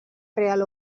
real